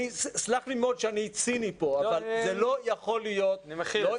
סלח לי מאוד שאני ציני פה אבל לא יכול להיות